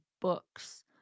books